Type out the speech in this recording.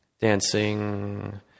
Dancing